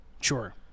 Sure